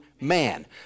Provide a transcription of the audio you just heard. man